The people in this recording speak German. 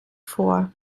vor